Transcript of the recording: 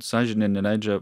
sąžinė neleidžia